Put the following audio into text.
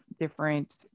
different